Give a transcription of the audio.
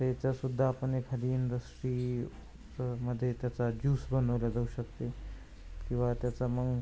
त्याचासुद्धा आपण एखादी इंडस्ट्रीतमध्ये त्याचा ज्यूस बनवला जाऊ शकते किंवा त्याचा मग